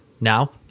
Now